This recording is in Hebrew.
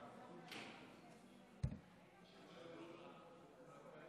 אה, אתה רוצה להשיב.